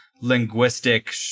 linguistic